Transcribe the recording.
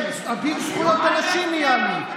כן, אביר זכויות הנשים נהיה לי.